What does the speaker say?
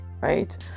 right